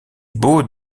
beau